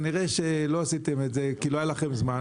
כנראה לא עשיתם את זה כי לא היה לכם זמן.